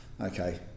okay